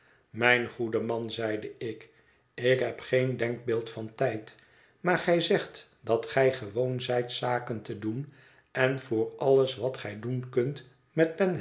mijn goede man zeide ik ik heb geen denkbeeld van tijd maar gij zegt dat gij gewoon zijt zaken te doen en voor alles wat gij doen kunt met pen